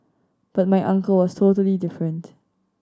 but my uncle was totally different